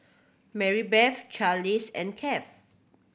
Marybeth Charlize and Kieth